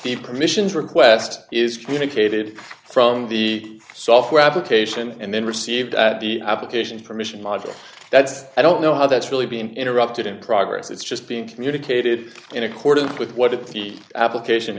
the permissions request is communicated from the software application and then received at the application permission module that's i don't know how that's really being interrupted in progress it's just being communicated in accordance with what the application